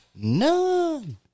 None